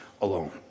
alone